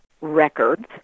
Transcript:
records